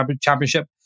championship